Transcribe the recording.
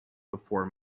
before